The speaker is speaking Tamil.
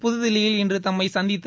புதுதில்லியில் இன்று தம்மை சந்தித்த